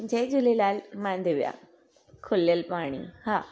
जय झूलेलाल मां दिव्या खुलियलु पाणी हा